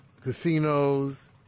casinos